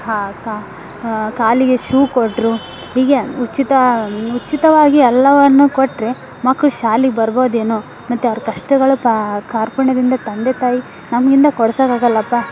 ಹಾಂ ಕಾ ಕಾಲಿಗೆ ಶೂ ಕೊಟ್ಟರು ಹೀಗೆ ಉಚಿತ ಉಚಿತವಾಗಿ ಎಲ್ಲವನ್ನೂ ಕೊಟ್ಟರೆ ಮಕ್ಕಳು ಶಾಲಿಗೆ ಬರ್ಬೋದೇನೋ ಮತ್ತು ಅವ್ರ ಕಷ್ಟಗಳು ಪಾ ಕಾರ್ಪಣ್ಯದಿಂದ ತಂದೆ ತಾಯಿ ನಮ್ಮಿಂದ ಕೊಡ್ಸಕ್ಕೆ ಆಗೊಲ್ಲಪ್ಪ